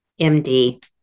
MD